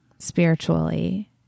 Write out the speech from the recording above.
spiritually